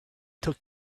took